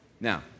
Now